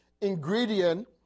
ingredient